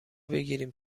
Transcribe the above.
بگیریم